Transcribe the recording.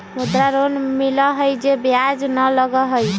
मुद्रा लोन मिलहई जे में ब्याज न लगहई?